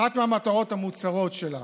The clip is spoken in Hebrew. אחת מהמטרות המוצהרות שלה